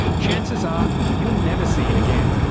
chances are you'll never see it again.